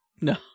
No